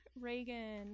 Reagan